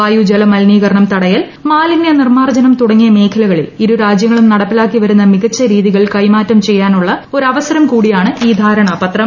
വായു ജല മലിനീകരണം തടയൽ മാ്ലിന്യ നിർമ്മാർജ്ജനം തുടങ്ങിയ മേഖലകളിൽ ഇരുരാജ്യിങ്ങ്ളും നടപ്പാക്കിവരുന്ന മികച്ച രീതികൾ കൈമാറ്റം ചെയ്യാനുള്ള് ഒരു അവസരം കൂടിയാണ് ഈ ധാരണപത്രം